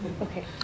Okay